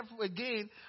again